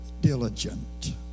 diligent